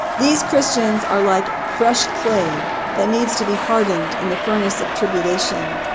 these christians are like fresh clay that needs to be hardened in the furnace of tribulation.